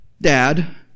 dad